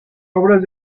obras